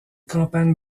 campagnes